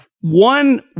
One